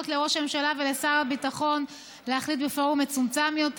לראש הממשלה ולשר הביטחון להחליט בפורום מצומצם יותר.